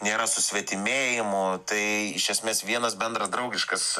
nėra susvetimėjimo tai iš esmės vienas bendras draugiškas